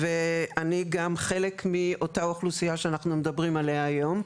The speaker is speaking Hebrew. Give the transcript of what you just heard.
אני גם חלק מאותה האוכלוסייה שאנחנו מדברים עליה היום,